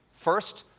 first,